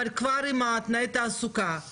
אבל כבר עם תנאי התעסוקה,